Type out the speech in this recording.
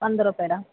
వంద రూపాయలా